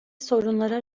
sorunlara